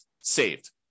saved